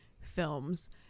films